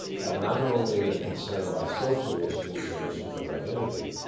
have not only a concern about social issues and issues of identity,